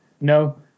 No